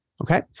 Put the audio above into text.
Okay